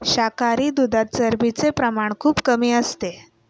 शाकाहारी दुधात चरबीचे प्रमाण खूपच कमी असते